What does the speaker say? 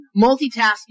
multitasking